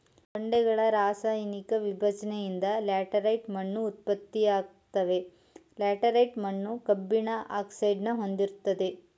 ಬಂಡೆಗಳ ರಾಸಾಯನಿಕ ವಿಭಜ್ನೆಯಿಂದ ಲ್ಯಾಟರೈಟ್ ಮಣ್ಣು ಉತ್ಪತ್ತಿಯಾಗ್ತವೆ ಲ್ಯಾಟರೈಟ್ ಮಣ್ಣು ಕಬ್ಬಿಣದ ಆಕ್ಸೈಡ್ನ ಹೊಂದಿರ್ತದೆ